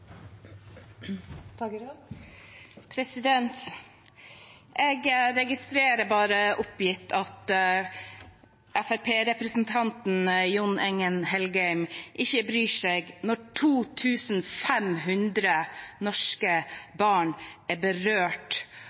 Jeg registrerer bare oppgitt at Fremskrittsparti-representanten Jon Engen-Helgheim ikke bryr seg når 2 500 norske barn er berørt